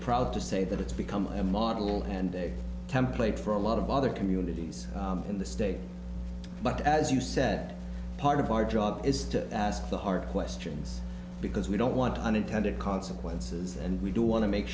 proud to say that it's become a model and a template for a lot of other communities in the state but as you said part of our job is to ask the hard questions because we don't want unintended consequences and we do want to make